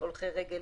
הולכי רגל,